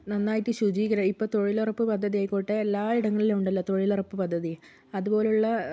നന്നായിട്ട് ശുചീകരണം ഇപ്പോൾ തൊഴിലുറപ്പ് പദ്ധതിയായിക്കോട്ടെ എല്ലാ ഇടങ്ങളിലും ഉണ്ടല്ലോ തൊഴിലുറപ്പ് പദ്ധതി അതുപോലുള്ള